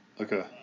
Okay